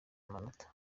amanota